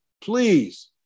Please